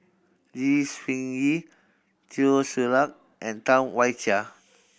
Lee Seng Eee Teo Ser Luck and Tam Wai Jia